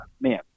man